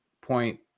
point